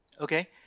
okay